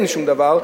אין שום דבר,